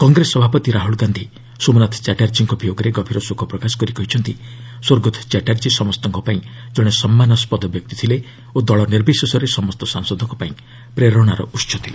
କଂଗ୍ରେସ ସଭାପତି ରାହୁଲ୍ ଗାନ୍ଧି ସୋମନାଥ ଚାଟ୍ଟାର୍ଜୀଙ୍କ ବିୟୋଗରେ ଗଭୀର ଶୋକ ପ୍ରକାଶ କରି କହିଛନ୍ତି ସ୍ୱର୍ଗତ ଚାଟ୍ଟାର୍ଜୀ ସମସ୍ତଙ୍କ ପାଇଁ ଜଣେ ସମ୍ମାନାସ୍କଦ ବ୍ୟକ୍ତି ଥିଲେ ଓ ଦଳ ନିର୍ବିଶେଷରେ ସମସ୍ତ ସାଂସଦଙ୍କ ପାଇଁ ପ୍ରେରଣାର ଉହ ଥିଲେ